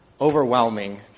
overwhelming